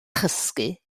chysgu